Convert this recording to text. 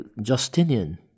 Justinian